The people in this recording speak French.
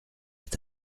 est